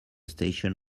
station